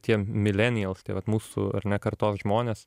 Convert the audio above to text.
tie millennials tie vat mūsų ar ne kartos žmonės